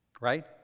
Right